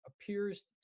appears